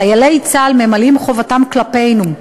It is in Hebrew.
חיילי צה"ל ממלאים חובתם כלפינו,